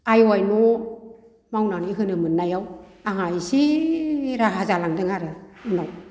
आइ ए वाइ न' मावनानै होनो मोननायाव आंहा इसे राहा जालांदों आरो उनाव